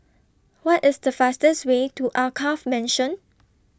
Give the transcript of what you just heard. What IS The fastest Way to Alkaff Mansion